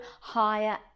higher